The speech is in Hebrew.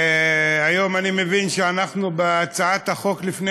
היום אני מבין שאנחנו בהצעת החוק לפני